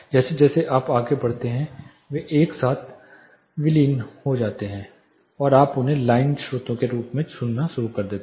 जैसे जैसे आप आगे बढ़ते हैं और वे एक साथ विलीन हो जाते हैं और आप उन्हें लाइन स्रोतों के रूप में सुनना शुरू कर देते हैं